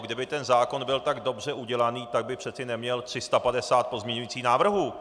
Kdyby ten zákon byl tak dobře udělaný, tak by přece neměl 350 pozměňovacích návrhů.